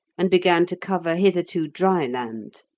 and began to cover hitherto dry land.